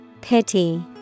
Pity